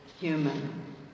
human